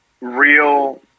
real